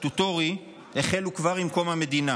כצורך סטטוטורי החלו כבר עם קום המדינה.